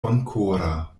bonkora